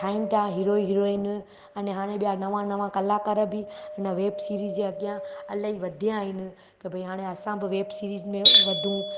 ठाहिण पिया hero heroine अने हाणे ॿिया नवां नवां कलाकार बि हिन वेब सीरीज़ जे अॻियां इलाही वधिया आहिनि त भई हाणे असां बि वेब सीरीज़ में वधूं